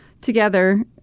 together